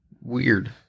weird